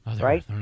Right